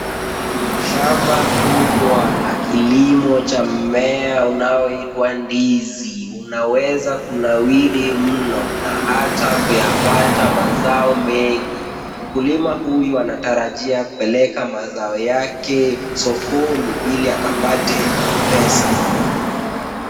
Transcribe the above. Shamba kubwa la kilimo cha mmea unaoitwa ndizi, unaweza kunawiri mno na hata kuyapata mazao mengi. Mkulima huyu anatarajia kupeleka mazao yake sokoni ili akapate pesa.